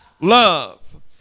Love